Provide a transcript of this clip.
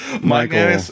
Michael